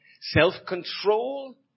self-control